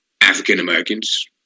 African-Americans